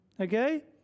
okay